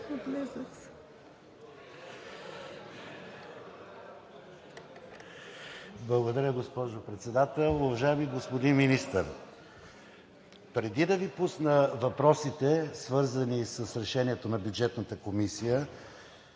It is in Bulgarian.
Благодаря, госпожо Председател. Уважаеми господин Министър, преди да Ви пусна въпросите, свързани с решението на Бюджетната комисия,